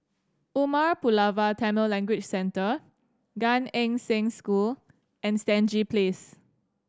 Umar Pulavar Tamil Language Centre Gan Eng Seng School and Stangee Place